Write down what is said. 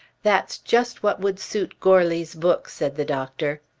that's just what would suit goarly's book, said the doctor.